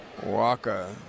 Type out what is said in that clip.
Walker